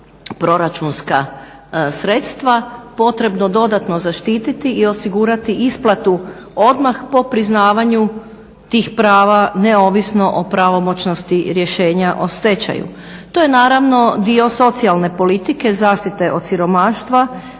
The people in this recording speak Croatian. proračunska sredstva potrebno dodatno zaštititi i osigurati isplatu odmah po priznavanju tih prava neovisno o pravomoćnosti rješenja o stečaju. To je naravno dio socijalne politike, zaštite od siromaštva